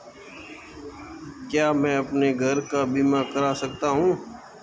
क्या मैं अपने घर का बीमा करा सकता हूँ?